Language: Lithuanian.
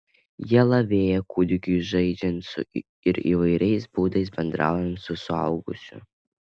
jie lavėja kūdikiui žaidžiant ir įvairiais būdais bendraujant su suaugusiu